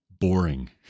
boring